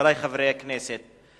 חברי חברי הכנסת,